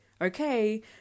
okay